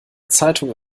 zeitung